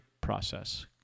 process